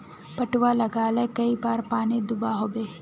पटवा लगाले कई बार पानी दुबा होबे?